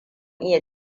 iya